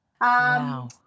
Wow